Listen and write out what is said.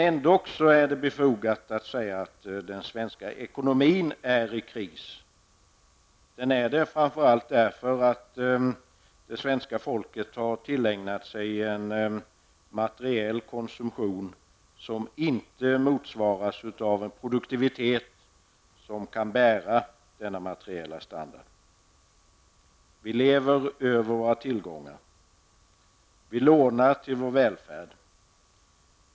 Ändock är det befogat att säga att den svenska ekonomin är i kris. Den är det framför allt för att svenska folket har tillägnat sig en materiell konsumtion som inte motsvaras av en produktivitet som kan bära denna materiella standard. Vi lever över våra tillgångar. Vi lånar till vår välfärd.